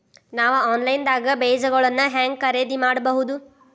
ನಾವು ಆನ್ಲೈನ್ ದಾಗ ಬೇಜಗೊಳ್ನ ಹ್ಯಾಂಗ್ ಖರೇದಿ ಮಾಡಬಹುದು?